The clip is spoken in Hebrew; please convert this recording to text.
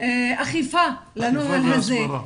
אכיפה לנוהל הזה -- אכיפה והסברה.